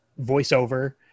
voiceover